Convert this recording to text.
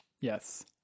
yes